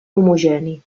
homogeni